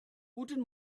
guten